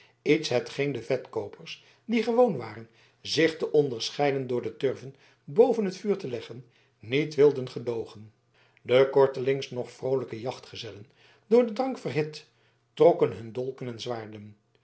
iets hetgeen de vetkoopers die gewoon waren zich te onderscheiden door de turven boven het vuur te leggen niet wilden gedoogen de kortelings nog vroolijke jachtgezellen door den drank verhit trokken hun dolken en zwaarden